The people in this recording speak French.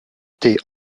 été